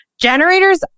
Generators